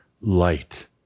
light